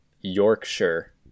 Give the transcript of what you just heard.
Yorkshire